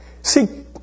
See